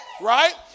Right